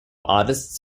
artists